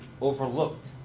overlooked